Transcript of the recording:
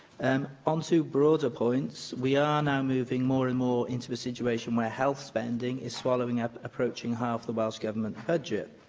um onto broader points, we are now moving more and more into a situation where health spending is swallowing up approaching half the welsh government budget.